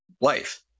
life